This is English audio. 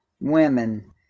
women